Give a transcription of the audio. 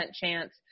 chance